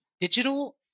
Digital